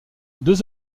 deux